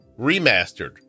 remastered